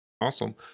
Awesome